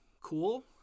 cool